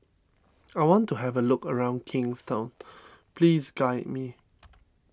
I want to have a look around Kingstown please guide me